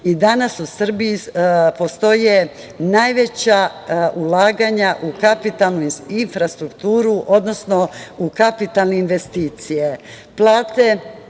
i danas u Srbiji postoje najveća ulaganja u kapitalnu infrastrukturu, odnosno u kapitalne investicije.